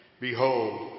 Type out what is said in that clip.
Behold